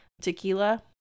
tequila